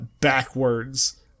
backwards